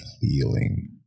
feeling